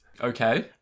Okay